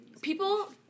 People